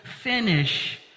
finish